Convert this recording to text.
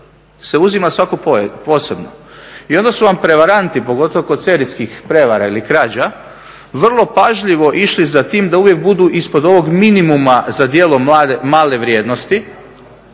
se uzima svako posebno. I onda su vam prevaranti, pogotovo kod serijskih prevara ili krađa, vrlo pažljivo išli za tim da uvijek budu ispod ovog minimuma za djelo male vrijednosti